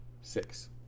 six